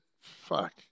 Fuck